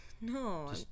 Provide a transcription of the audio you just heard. no